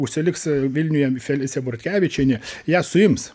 užsiliks vilniuje felicija bortkevičienė ją suims